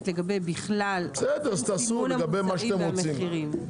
לגבי בכלל סימון המוצרים והמחירים.